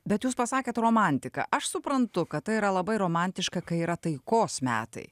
bet jūs pasakėt romantika aš suprantu kad tai yra labai romantiška kai yra taikos metai